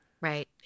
Right